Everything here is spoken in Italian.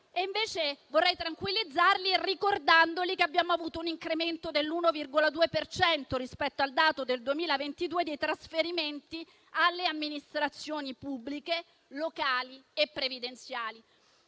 Ma vorrei tranquillizzarli ricordando loro che abbiamo avuto un incremento dell'1,2 per cento rispetto al dato del 2022 dei trasferimenti alle amministrazioni pubbliche locali e previdenziali.